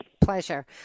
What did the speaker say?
Pleasure